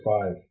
five